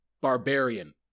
Barbarian